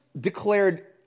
declared